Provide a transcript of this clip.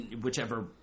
whichever